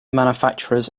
manufacturers